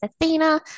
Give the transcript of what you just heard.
Athena